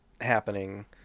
happening